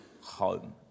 home